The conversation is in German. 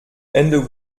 ende